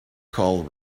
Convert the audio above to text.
call